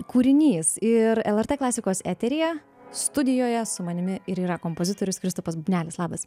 kūrinys ir lrt klasikos eteryje studijoje su manimi ir yra kompozitorius kristupas bubnelis labas